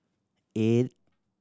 eight